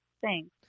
Thanks